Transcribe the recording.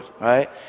right